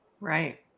Right